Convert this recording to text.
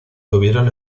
tuvieron